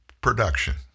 production